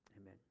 amen